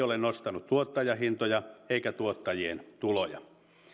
ole nostanut tuottajahintoja eikä tuottajien tuloja